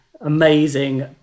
amazing